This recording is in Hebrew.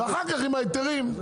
ואחר כך עם ההיתרים.